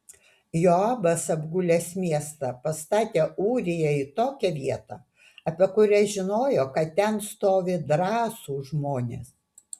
joabas apgulęs miestą pastatė ūriją į tokią vietą apie kurią žinojo kad ten stovi drąsūs žmonės